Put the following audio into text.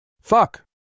Fuck